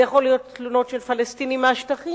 זה יכול להיות תלונות של פלסטינים מהשטחים.